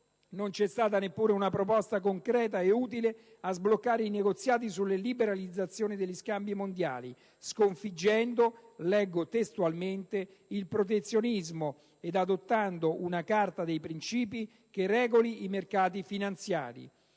non c'è stata neppure una proposta concreta e utile a sbloccare i negoziati sulle liberalizzazioni degli scambi mondiali, sconfiggendo - leggo testualmente - «il protezionismo ed adottando una carta dei principi che regoli i mercati finanziari».